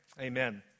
amen